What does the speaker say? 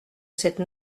cette